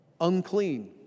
unclean